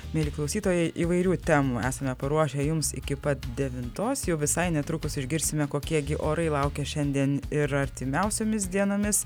mieli klausytojai įvairių temų esame paruošę jums iki pat devintos jau visai netrukus išgirsime kokie gi orai laukia šiandien ir artimiausiomis dienomis